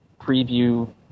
preview